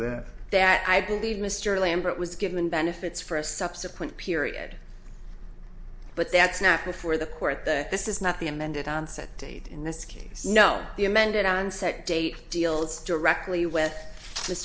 that that i believe mr lambert was given benefits for a subsequent period but that's now before the court the this is not the amended onset date in this case no the amended onset date deals directly with